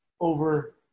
over